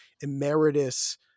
emeritus